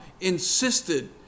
insisted